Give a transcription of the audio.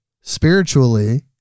spiritually